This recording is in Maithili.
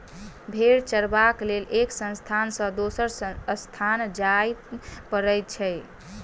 भेंड़ चरयबाक लेल एक स्थान सॅ दोसर स्थान जाय पड़ैत छै